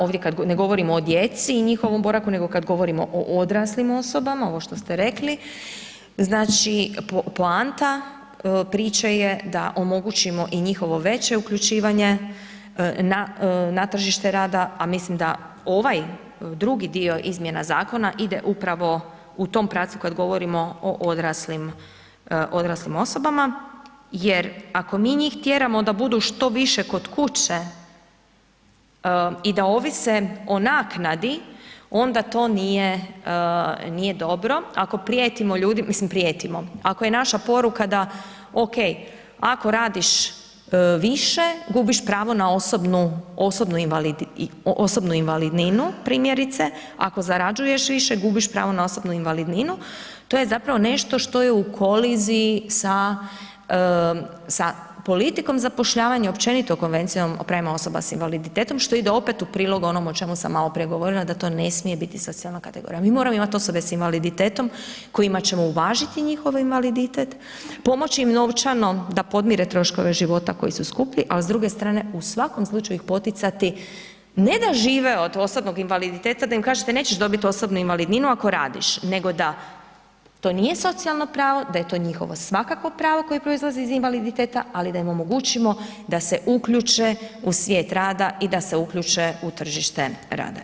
Ovdje ne govorimo o djeci o njihovom boravku nego kad govorimo o odraslim osobama, ovo što ste rekli, znači poanta priče je da omogućimo i njihovo veće uključivanje na tržište rada a mislim da ovaj drugi dio izmjena zakona ide upravo u tom pravcu kad govorimo o odraslim osobama jer ako mi njih tjeramo da budu što više kod kuće i da ovise o naknadi, onda to nije dobro, ako prijetimo ljudima, mislim prijetimo, ako je naša poruka da ok, ako radiš više, gubiš pravo na osobnu invalidninu primjerice, ako zarađuješ više, gubiš pravo na osobnu invalidninu, to je zapravo nešto što je koliziji sa politikom zapošljavanja općenito konvencije prema osobama sa invaliditetom što ide opet u prilog onom o čemu sam maloprije govorila, da to ne smije biti socijalna kategorija, mi moramo imati osobe sa invaliditetom kojima ćemo uvažiti njihov invaliditet, pomoći im novčano da podmire troškove života koji su skuplji ali s druge strane u svakom slučaju poticati ne da žive od osobnog invaliditeta, da im kažete nećeš dobit osobnu invalidninu ako radiš, nego da to nije socijalno pravo da je njihov svakako pravo koje proizlazi iz invaliditeta ali da im omogućimo da se uključe u svijet rada i da se uključe u tržište rada.